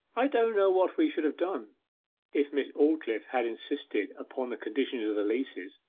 i don't know what we should have done if miss aldclyffe had insisted upon the conditions of the leases.